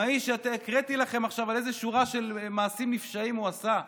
עם האיש שהקראתי לכם עכשיו איזו שורה של מעשים נפשעים הוא עשה,